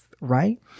right